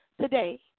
today